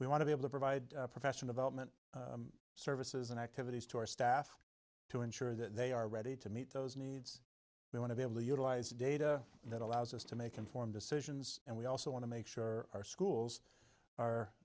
we want to be able to provide profession development services and activities to our staff to ensure that they are ready to meet those needs we want to be able to utilize data that allows us to make informed decisions and we also want to make sure our schools are